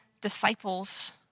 disciples